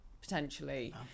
Potentially